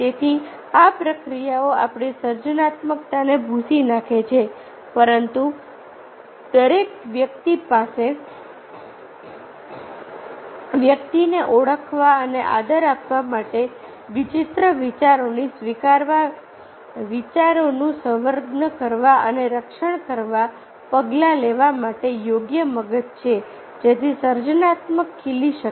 તેથી આ પ્રક્રિયાઓ આપણી સર્જનાત્મકતાને ભૂંસી નાખે છે પરંતુ દરેક વ્યક્તિ પાસે વ્યક્તિને ઓળખવા અને આદર આપવા માટે વિચિત્ર વિચારોને સ્વીકારવા વિચારોનું સંવર્ધન કરવા અને રક્ષણ કરવા પગલાં લેવા માટે યોગ્ય મગજ છે જેથી સર્જનાત્મકતા ખીલી શકે